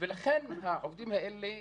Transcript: ולכן העובדים האלה,